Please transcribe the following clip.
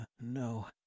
no